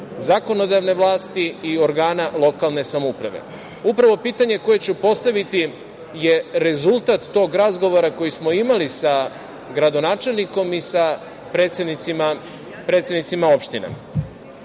zakonodavne vlasti i organa lokalne samouprave. Upravo pitanje koje ću postaviti je rezultat tog razgovora koji smo imali sa gradonačelnikom i sa predsednicima opština. Dakle,